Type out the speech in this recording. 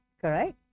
correct